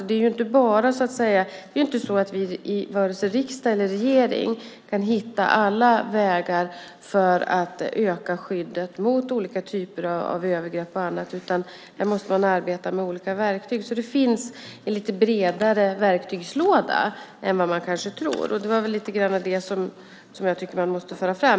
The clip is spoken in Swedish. Det är inte så att vi i vare sig riksdagen eller regeringen kan hitta alla vägar för att öka skyddet mot olika typer av övergrepp och annat, utan där måste man arbeta med olika verktyg. Det finns en lite bredare verktygslåda än man kanske tror. Det är väl lite grann det som jag tycker måste föras fram.